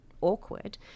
awkward